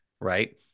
Right